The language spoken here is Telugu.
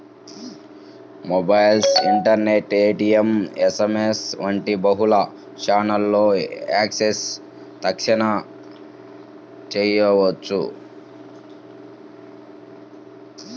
మొబైల్, ఇంటర్నెట్, ఏ.టీ.ఎం, యస్.ఎమ్.యస్ వంటి బహుళ ఛానెల్లలో యాక్సెస్ తక్షణ చేయవచ్చు